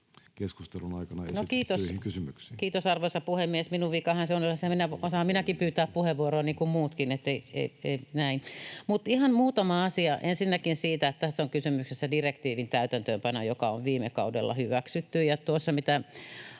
muuttamisesta Time: 15:33 Content: Kiitos, arvoisa puhemies! Minun vikanihan se on. Osaan minäkin pyytää puheenvuoroa niin kuin muutkin. Ihan muutama asia: Ensinnäkin se, että tässä on kysymyksessä direktiivin täytäntöönpano, joka on viime kaudella hyväksytty.